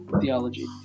theology